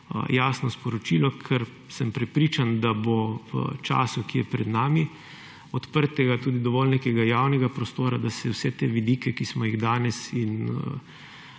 jasno sporočilo, ker sem prepričan, da bo v času, ki je pred nami, odprtega tudi dovolj nekega javnega prostora, da se vse te vidike, ki smo jih danes in